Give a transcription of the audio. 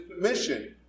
mission